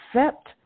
accept